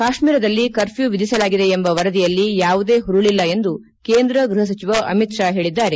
ಕಾಶ್ಮೀರದಲ್ಲಿ ಕರ್ಫ್ಯೂ ವಿಧಿಸಲಾಗಿದೆ ಎಂಬ ವರದಿಯಲ್ಲಿ ಯಾವುದೇ ಹುರುಳಲ್ಲ ಎಂದು ಕೇಂದ್ರ ಗೃಹ ಸಚವ ಅಮಿತ್ ಷಾ ಹೇಳಿದ್ದಾರೆ